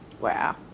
Wow